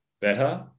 better